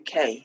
UK